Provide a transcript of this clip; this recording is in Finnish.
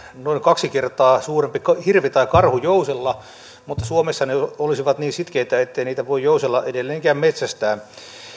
noin kaksi kertaa suurempi hirvi tai karhu jousella mutta suomessa ne olisivat niin sitkeitä ettei niitä voi jousella edelleenkään metsästää